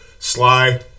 Sly